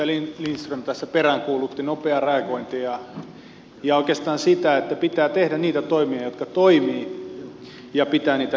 edustaja lindström tässä peräänkuulutti nopeaa reagointia ja oikeastaan sitä että pitää tehdä niitä toimia jotka toimivat ja pitää levittää niitä